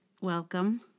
Welcome